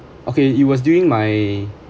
okay it was during my